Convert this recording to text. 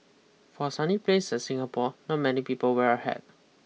for a sunny places Singapore not many people wear a hat